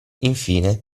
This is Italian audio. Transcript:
infine